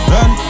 Run